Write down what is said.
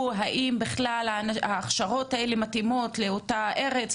האם בכלל ההכשרות האלה מתאימות לאותה ארץ,